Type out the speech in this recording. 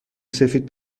سفید